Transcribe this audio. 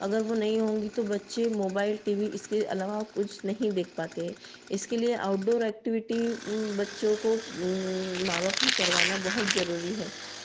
अगर वो नहीं होंगी तो बच्चे मोबाइल टी वी इसके अलावा कुछ नहीं देख पाते हैं इसके लिए आउटडोर एक्टिविटी बच्चों को माँ बाप ने करवाना बहुत ज़रूरी है